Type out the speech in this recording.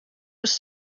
was